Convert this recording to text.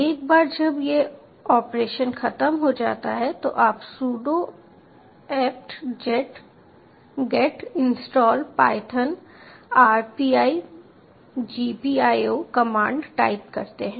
एक बार जब यह ऑपरेशन खत्म हो जाता है तो आप sudo apt get install python rpigpio command type करते हैं